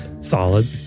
Solid